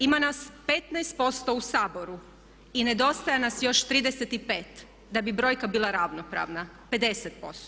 Ima nas 15% u Saboru i nedostaje nas još 35 da bi brojka bila ravnopravna, 50%